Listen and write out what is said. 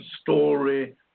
story